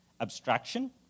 abstraction